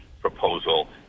proposal